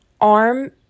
arm